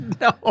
No